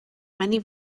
many